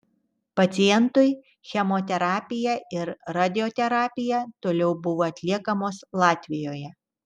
pacientui chemoterapija ir radioterapija toliau buvo atliekamos latvijoje